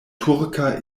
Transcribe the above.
turka